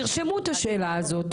תרשמו את השאלה הזאת.